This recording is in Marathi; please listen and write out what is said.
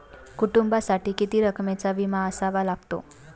कुटुंबासाठी किती रकमेचा विमा असावा लागतो?